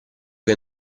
che